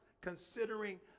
considering